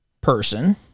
person